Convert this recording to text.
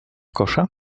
kosza